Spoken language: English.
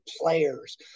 players